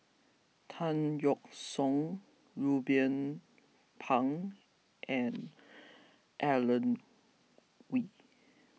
Tan Yeok Seong Ruben Pang and Alan Oei